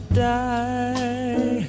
die